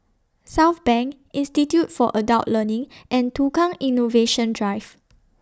Southbank Institute For Adult Learning and Tukang Innovation Drive